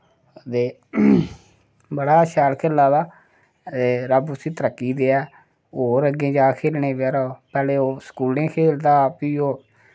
ते बड़ा शैल खेला दा ते रब्ब उसी तरक्की देऐ और अग्गै जा खेलने बगैरा पैह्लें ओह् स्कूलें खेलदा हा फ्ही ओह्